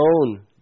own